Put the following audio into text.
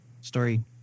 story